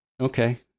Okay